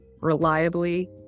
reliably